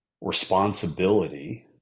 responsibility